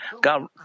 God